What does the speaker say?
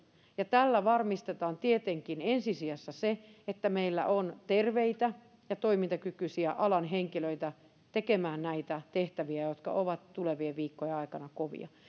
ja tällä varmistetaan tietenkin ensi sijassa se että meillä on terveitä ja toimintakykyisiä alan henkilöitä tekemään näitä tehtäviä jotka ovat tulevien viikkojen aikana kovia